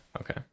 Okay